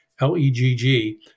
L-E-G-G